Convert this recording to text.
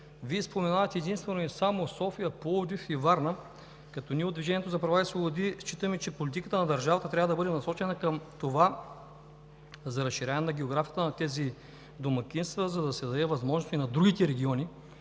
Вие споменавате единствено само София, Пловдив и Варна. Ние от „Движението за права и свободи“ считаме, че политиката на държавата трябва да бъде насочена към разширяване географията на тези домакинства, за да се даде възможност на другите региони